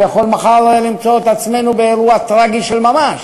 ואנחנו יכולים מחר למצוא את עצמנו באירוע טרגי של ממש.